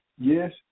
yes